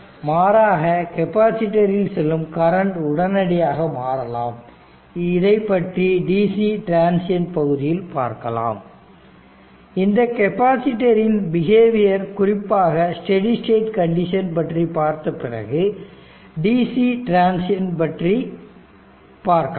மாறாக கெப்பாசிட்டர் இல் செல்லும் கரண்ட் உடனடியாக மாறலாம் இதைப்பற்றி dc டிரன்சியண்ட் பகுதியில் பார்க்கலாம் இந்த கெப்பாசிட்டர் இன் பிஹேவியர் குறிப்பாக ஸ்டெடி ஸ்டேட் கண்டிஷன் பற்றி பார்த்தபிறகு dc டிரன்சியண்ட் பற்றி இசை பார்க்கலாம்